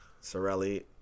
Sorelli